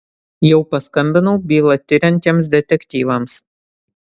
jau paskambinau bylą tiriantiems detektyvams